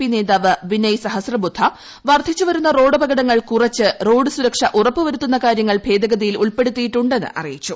P നേതാവ് സഹസ്രബുദ്ധ വർദ്ധിച്ചുവരുന്ന റോഡപകടങ്ങൾ കുറച്ച് റോഡ് സുരക്ഷ ഭേദഗതിയിൽ ഉറപ്പുവരുത്തുന്ന കാര്യങ്ങൾ ഉൾപ്പെടുത്തിയിട്ടുണ്ടെന്ന് അറിയിച്ചു